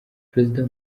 perezida